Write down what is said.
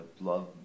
love